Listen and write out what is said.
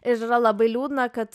ir yra labai liūdna kad